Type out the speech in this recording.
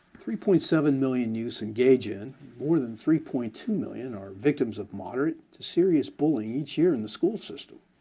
three point seven million youths engage in more than three point two million, are victims of moderate to serious bullying each year in the school system.